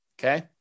okay